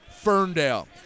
Ferndale